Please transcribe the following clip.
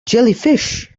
jellyfish